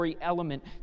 element